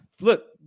Look